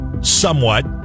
Somewhat